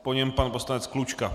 Po něm pan poslanec Klučka.